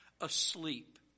asleep